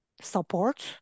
support